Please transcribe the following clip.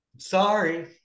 Sorry